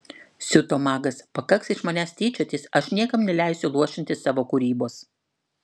siuto magas pakaks iš manęs tyčiotis aš niekam neleisiu luošinti savo kūrybos